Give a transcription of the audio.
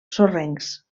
sorrencs